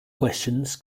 questions